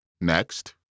Next